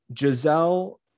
Giselle